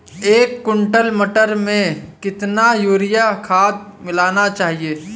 एक कुंटल मटर में कितना यूरिया खाद मिलाना चाहिए?